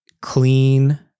clean